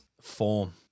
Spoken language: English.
form